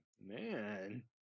man